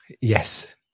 Yes